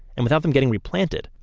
and without them getting replanted,